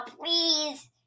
please